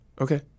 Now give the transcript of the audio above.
Okay